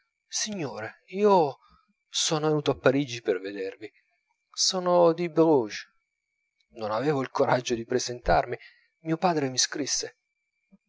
signore io son venuto a parigi per vedervi sono di bruges non avevo il coraggio di presentarmi mio padre mi scrisse